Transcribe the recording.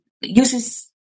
uses